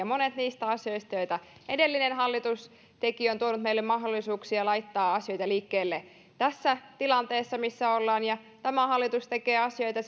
kanssa monet niistä asioista joita edellinen hallitus teki ovat tuoneet meille mahdollisuuksia laittaa asioita liikkeelle tässä tilanteessa missä ollaan ja tämä hallitus tekee asioita